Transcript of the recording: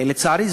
לצערי,